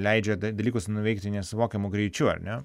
leidžia da dalykus nuveikti nesuvokiamu greičiu ar ne